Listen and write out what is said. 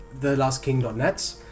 thelastking.net